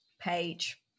page